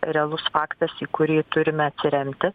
realus faktas į kurį turime atsiremti